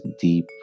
deep